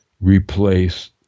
replace